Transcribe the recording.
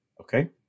Okay